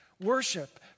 worship